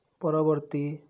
ପରବର୍ତ୍ତୀ